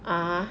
ah !huh!